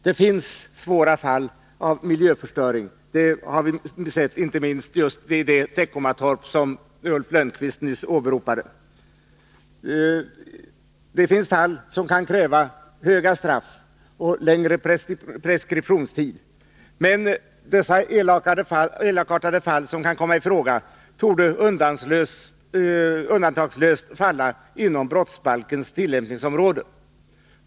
Det finns svåra fall av miljöförstöring, det har vi sett inte minst just vid Teckomatorp som Ulf Lönnqvist nyss åberopade. Det finns fall som kan kräva stränga straff och längre preskriptionstid, men dessa elakartade fall torde undantagslöst falla inom brottsbalkens tillämpningsområde.